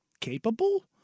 capable